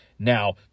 Now